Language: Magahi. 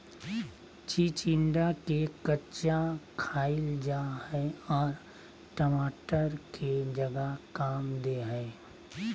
चिचिंडा के कच्चा खाईल जा हई आर टमाटर के जगह काम दे हइ